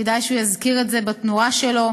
כדאי שהוא יזכיר את זה בתנועה שלו,